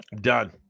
Done